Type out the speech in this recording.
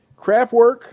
Craftwork